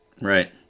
Right